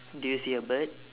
do you see a bird